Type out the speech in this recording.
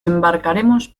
embarcaremos